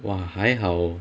!wah! 还好